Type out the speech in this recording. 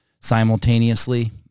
simultaneously